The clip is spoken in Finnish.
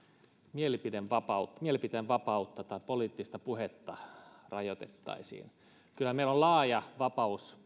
mielipiteen vapautta mielipiteen vapautta tai poliittista puhetta rajoitettaisiin kyllä meillä on laaja poliittisen puheen vapaus